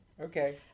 Okay